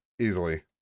Easily